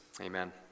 Amen